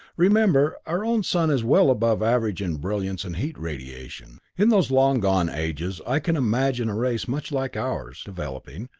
remember, our own sun is well above average in brilliance and heat radiation. in those long-gone ages i can imagine a race much like ours developing,